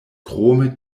krome